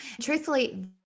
Truthfully